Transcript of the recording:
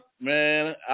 Man